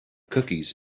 cookies